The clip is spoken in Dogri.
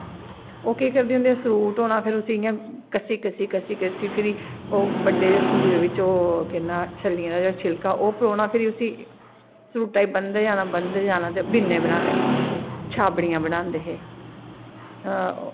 ओह् केह् करदे होंदे हे सूट होना ते फिर उसी इ'यां कस्सी कस्सी कस्सी फिरी ओह् बड्डे जेहे सुऐ बिच ओह् के नांऽ छ'ल्लियें दा जेह्ड़ा छिलका ओह् परोना फिरी उसी सूटै ई बनदे जाना बनदे जाना ते बि'न्ने बनाने छाबड़ियां बनांदे हे आं